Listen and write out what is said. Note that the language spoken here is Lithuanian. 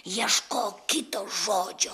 ieškok kito žodžio